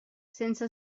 sense